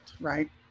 right